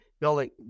building